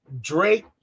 Drake